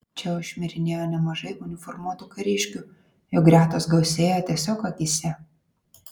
čia jau šmirinėjo nemažai uniformuotų kariškių jų gretos gausėjo tiesiog akyse